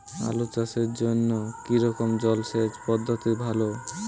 আলু চাষের জন্য কী রকম জলসেচ পদ্ধতি ভালো?